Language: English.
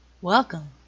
welcome